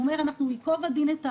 הוא אומר ייקוב הדין את ההר,